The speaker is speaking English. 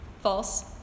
false